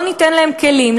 לא ניתן להם כלים,